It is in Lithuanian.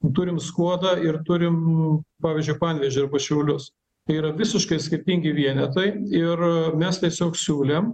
turim skuodą ir turim pavyzdžiui panevėžį arba šiaulius tai yra visiškai skirtingi vienetai ir mes tiesiog siūlėm